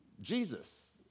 Jesus